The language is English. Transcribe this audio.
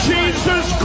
Jesus